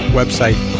website